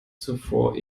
zuvor